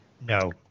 No